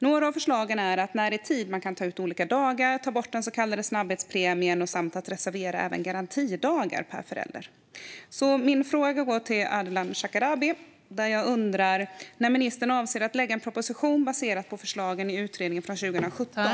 Några av förslagen rör när i tid man kan ta ut olika dagar, att ta bort den så kallade snabbhetspremien samt att reservera även garantidagar per förälder. Min fråga går till Ardalan Shekarabi. Jag undrar när ministern avser att lägga fram en proposition baserad på förslagen i utredningen från 2017.